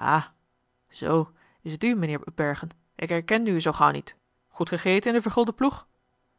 a zoo is u t mijnheer upbergen ik herkende u zoo gauw niet goed gegeten in den vergulden ploeg